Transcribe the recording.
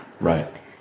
Right